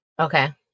Okay